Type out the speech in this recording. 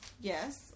Yes